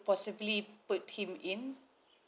possibly put him in